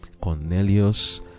Cornelius